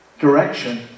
direction